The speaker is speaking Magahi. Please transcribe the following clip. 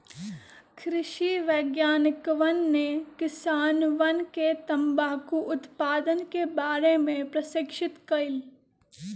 कृषि वैज्ञानिकवन ने किसानवन के तंबाकू उत्पादन के बारे में प्रशिक्षित कइल